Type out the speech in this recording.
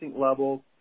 level